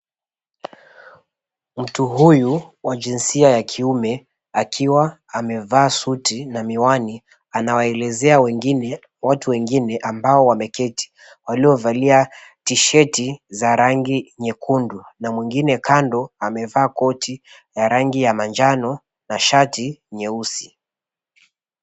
Mtu huyu wa jinsia ya kiume akiwa amevaa suti na miwani anawaelezea watu wengine ambao wameketi waliyovalia tisheti za rangi nyekundu na mwengine kando amevaa koti ya rangi ya manjano na shati nyeusi.